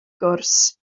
gwrs